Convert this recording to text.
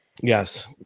Yes